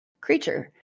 creature